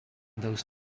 those